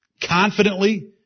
confidently